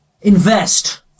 Invest